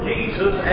Jesus